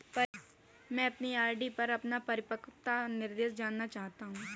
मैं अपनी आर.डी पर अपना परिपक्वता निर्देश जानना चाहता हूँ